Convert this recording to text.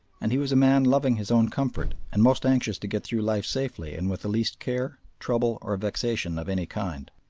and he was a man loving his own comfort and most anxious to get through life safely and with the least care, trouble, or vexation of any kind.